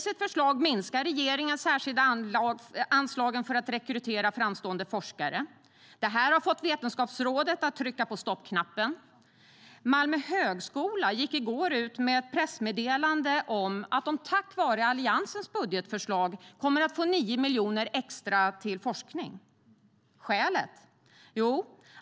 I sitt förslag minskar regeringen nämligen de särskilda anslagen för att rekrytera framstående forskare. Det har fått Vetenskapsrådet att trycka på stoppknappen. Malmö högskola gick i går ut med ett pressmeddelande om att de tack vare Alliansens budgetförslag kommer att få 9 miljoner extra till forskning. Skälet?